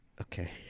Okay